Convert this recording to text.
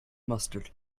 mustard